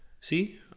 see